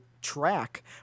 track